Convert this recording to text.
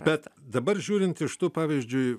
bet dabar žiūrint iš tų pavyzdžiui